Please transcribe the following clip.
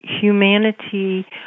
humanity